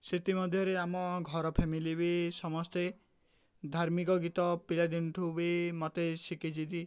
ସେଥିମଧ୍ୟରେ ଆମ ଘର ଫ୍ୟାମିଲି ବି ସମସ୍ତେ ଧାର୍ମିକ ଗୀତ ପିଲାଦିନଠୁ ବି ମୋତେ ଶିଖିଚିିତି